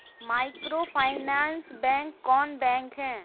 Microfinance bank कौन bank है?